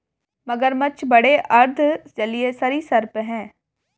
मगरमच्छ बड़े अर्ध जलीय सरीसृप हैं